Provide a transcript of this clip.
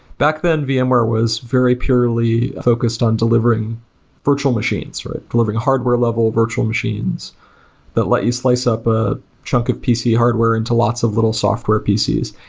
back then, vmware was very purely focused on deliver ing virtual machines, deliver ing hardware level virtual machines that let you slice up a chunk of pc hardware into lots of little software pieces.